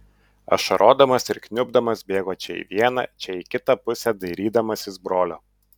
ašarodamas ir kniubdamas bėgo čia į vieną čia į kitą pusę dairydamasis brolio